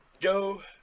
go